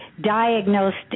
diagnosed